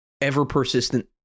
ever-persistent